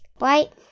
right